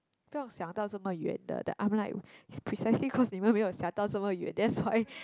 不要想到这么远的 then I'm like is precisely cause 你们没有想到这么远 that's why